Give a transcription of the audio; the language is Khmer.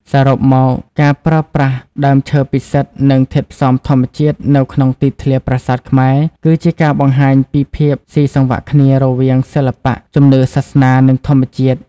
សរុបមក ការប្រើប្រាស់ដើមឈើពិសិដ្ឋ និងធាតុផ្សំធម្មជាតិនៅក្នុងទីធ្លាប្រាសាទខ្មែរ គឺជាការបង្ហាញពី ភាពស៊ីសង្វាក់គ្នារវាងសិល្បៈ ជំនឿសាសនា និងធម្មជាតិ។